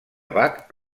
bach